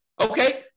Okay